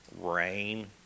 Rain